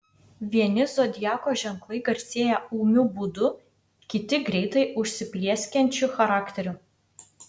vieni zodiako ženklai garsėja ūmiu būdu kiti greitai užsiplieskiančiu charakteriu